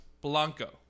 Blanco